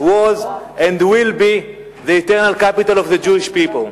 was and will be the eternal capital of the Jewish People,